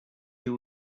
you